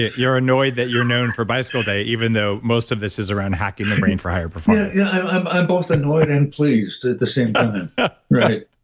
you're annoyed that you're known for bicycle day even though most of this is around hacking the brain for higher performance yeah i'm i'm both annoyed and pleased at the same time but and right.